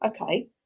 Okay